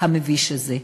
המביש הזה.